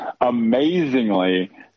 Amazingly